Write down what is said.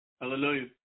Hallelujah